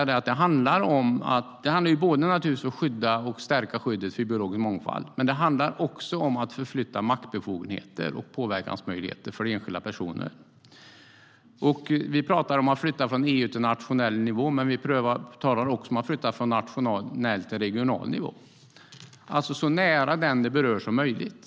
Det handlar om att stärka skyddet för biologisk mångfald, men det handlar också om att förflytta maktbefogenheter och påverkansmöjligheter för enskilda personer. Vi pratar om att överföra maktbefogenheter från EU till nationell nivå, men vi pratar också om att överföra makt från nationell till regional nivå, alltså så nära den som berörs som möjligt.